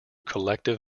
collective